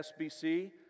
SBC